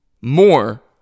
more